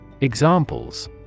Examples